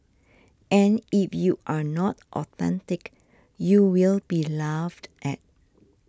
and if you are not authentic you will be laughed at